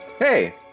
Hey